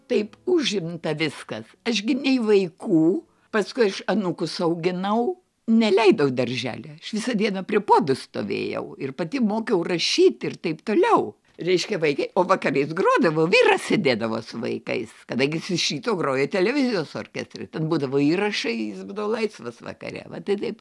taip užimta viskas aš gi nei vaikų paskui aš anūkus auginau neleidau į darželį visą dieną prie puodų stovėjau ir pati mokiau rašyti ir taip toliau reiškia vaikai o vakarais grodavau vyras sėdėdavo su vaikais kadangi jis iš ryto grojo televizijos orkestre ten būdavo įrašai jis būdavo laisvas vakare va tai taip